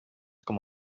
com